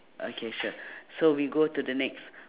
okay sure so we go to the next